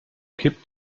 kippt